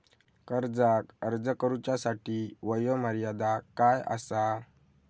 कर्जाक अर्ज करुच्यासाठी वयोमर्यादा काय आसा?